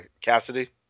Cassidy